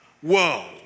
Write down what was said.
Whoa